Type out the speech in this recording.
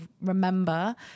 remember